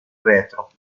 retro